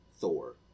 Thor